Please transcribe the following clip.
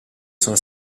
sono